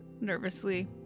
nervously